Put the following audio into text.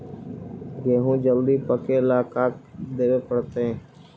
गेहूं जल्दी पके ल का देबे पड़तै?